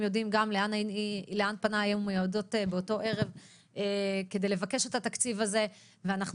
יודעים גם לאן פני היו מיועדות באותו ערב כדי לבקש את התקציב הזה ואנחנו